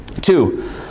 Two